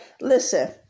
listen